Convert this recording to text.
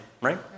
right